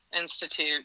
Institute